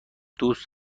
دوست